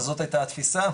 אז זאת היתה התפיסה,